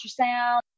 ultrasound